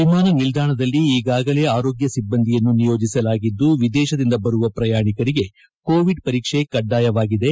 ವಿಮಾನ ನಿಲ್ದಾಣಲ್ಲಿ ಈಗಾಗಲೇ ಆರೋಗ್ಯ ಸಿಬ್ಬಂದಿಯನ್ನು ನಿಯೋಜಿಸಲಾಗಿದ್ದು ವಿದೇಶದಿಂದ ಬರುವ ಪ್ರಯಾಣಿಕರಿಗೆ ಕೋವಿಡ್ ಪರೀಕ್ಷೆ ಕಡ್ಡಾಯವಾಗಿದೆ